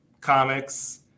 comics